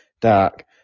dark